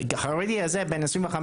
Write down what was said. כי החרדי הזה בן ה-25,